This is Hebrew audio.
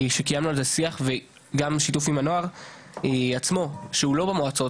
שקיימנו על זה שיח וגם שיתוף עם הנוער עצמו שהוא לא במועצות,